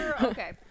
Okay